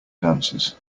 dancers